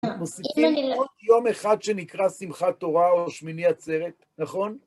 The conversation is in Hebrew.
מוספים עוד יום אחד שנקרא שמחת תורה או שמיני עצרת, נכון?